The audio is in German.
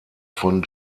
von